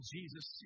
Jesus